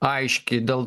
aiški dėl